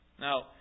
Now